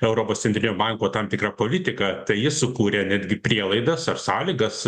europos centrinio banko tam tikra politika tai jis sukūrė netgi prielaidas ar sąlygas